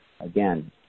again